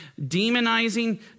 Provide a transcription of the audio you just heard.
demonizing